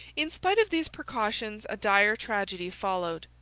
in spite of these precautions a dire tragedy followed.